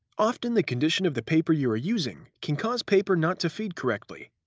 often the condition of the paper you are using can cause paper not to feed correctly.